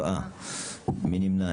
7. מי נמנע?